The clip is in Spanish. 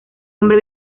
hombre